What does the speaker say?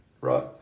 right